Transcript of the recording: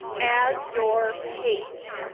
as your page.